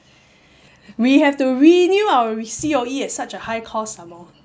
we have to renew our re~ C_O_E at such a high cost some more